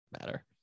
matter